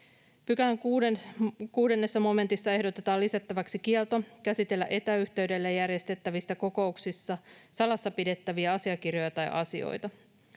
Pykälän 6 momentissa ehdotetaan lisättäväksi kielto käsitellä etäyhteydellä järjestettävissä kokouksissa salassa pidettäviä asiakirjoja tai asioita.